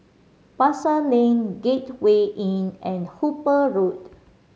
Pasar Lane Gateway Inn and Hooper Road